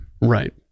Right